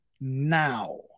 now